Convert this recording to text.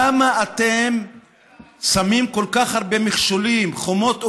למה אתם שמים כל כך הרבה מכשולים, חומות וגדרות?